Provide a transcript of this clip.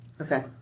Okay